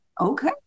okay